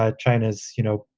ah china's, you know,